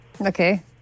Okay